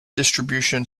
distribution